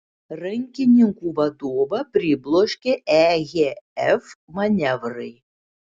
rankininkų vadovą pribloškė ehf manevrai